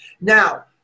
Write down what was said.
Now